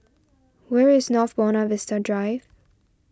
where is North Buona Vista Drive